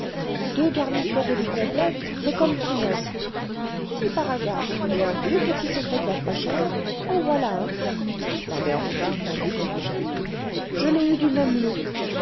deux garnitures de lit complètes c'est comme tout neuf si par hasard vous voulez un vieux petit secrétaire pas cher en voilà un la mère bouvard l'indiqua du geste je l'ai eu du même lot